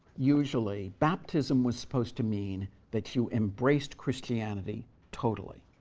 usually, baptism was supposed to mean that you embraced christianity totally.